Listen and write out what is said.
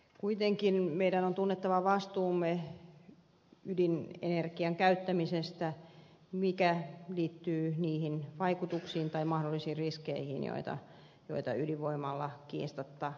kuitenkin meidän on tunnettava ydinenergian käyttämisestä vastuumme joka liittyy niihin vaikutuksiin tai mahdollisiin riskeihin joita ydinvoimalla kiistatta on